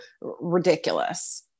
ridiculous